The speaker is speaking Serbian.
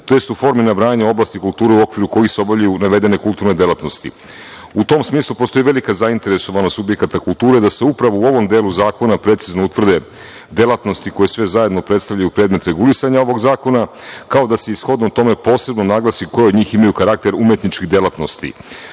jest u formi nabrajanja oblasti kulture u okviru kojih se obavljaju navedene kulturne delatnosti. U tom smislu postoji velika zainteresovanost subjekata kulture da se upravo u ovom delu zakona precizno utvrde delatnosti koje sve zajedno predstavljaju predmet regulisanja ovog zakona, kao i da se shodno tome posebno naglasi koji od njih imaju karakter umetničkih delatnosti.